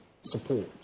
support